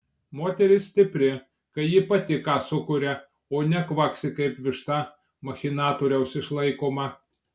moteris stipri kai ji pati ką sukuria o ne kvaksi kaip višta machinatoriaus išlaikoma